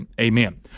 amen